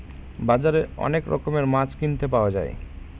বাজারে অনেক রকমের মাছ কিনতে পাওয়া যায়